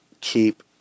keep